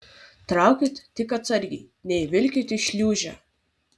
traukit tik atsargiai neįvilkit į šliūžę